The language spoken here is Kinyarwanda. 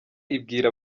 ibwira